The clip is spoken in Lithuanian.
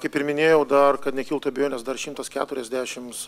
kaip ir minėjau dabar kad nekiltų abejonės dar šimtas keturiasdešims